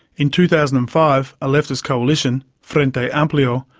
in two thousand and five a leftist coalition, frente amplio,